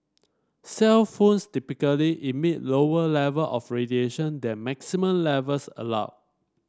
cellphones typically emit lower level of radiation than maximum levels allowed